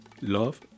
love